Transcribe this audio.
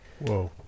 Whoa